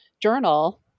journal